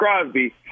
Crosby